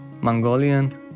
Mongolian